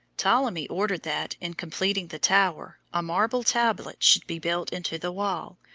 ptolemy ordered that, in completing the tower, a marble tablet should be built into the wall,